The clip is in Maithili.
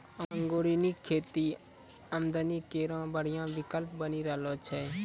ऑर्गेनिक खेती आमदनी केरो बढ़िया विकल्प बनी रहलो छै